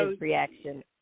reaction